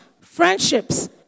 friendships